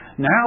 Now